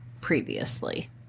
previously